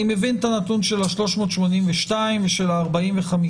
אני מבין את הנתון של ה-382 ושל ה-45.